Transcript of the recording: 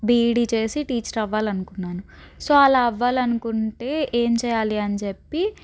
B Ed చేసి teacher అవ్వాలనుకున్నాను so అలా అవ్వాలి అనుకుంటే ఏం చేయాలి అని చెప్పి